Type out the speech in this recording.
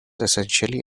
essentially